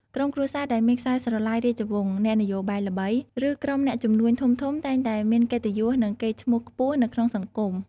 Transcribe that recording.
ក្រុមគ្រួសារដែលមានខ្សែស្រឡាយរាជវង្ស អ្នកនយោបាយល្បី ឬក្រុមអ្នកជំនួញធំៗតែងតែមានកិត្តិយសនិងកេរ្តិ៍ឈ្មោះខ្ពស់នៅក្នុងសង្គម។